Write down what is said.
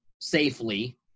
safely